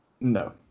no